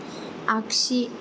आगसि